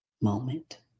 moment